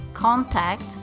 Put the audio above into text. contact